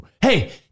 Hey